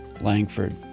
Langford